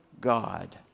God